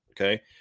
Okay